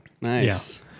Nice